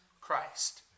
Christ